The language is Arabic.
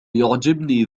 يعجبني